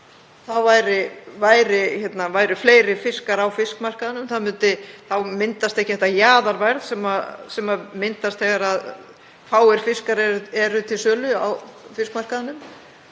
Þá væru fleiri fiskar á fiskmarkaðnum, það verður ekki þetta jaðarverð sem myndast þegar fáir fiskar eru til sölu á fiskmarkaðnum